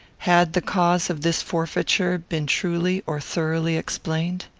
had the cause of this forfeiture been truly or thoroughly explained?